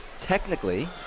Technically